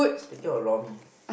speaking of lor-mee